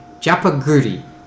Japaguri